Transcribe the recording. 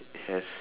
has